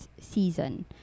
season